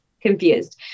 confused